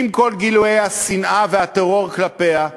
עם כל גילויי השנאה והטרור כלפיה,